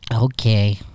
Okay